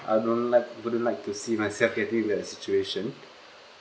I don't like don't like to see myself having that situation